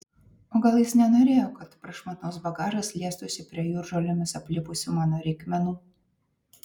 o gal jis nenorėjo kad prašmatnus bagažas liestųsi prie jūržolėmis aplipusių mano reikmenų